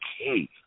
okay